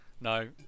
No